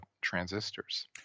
transistors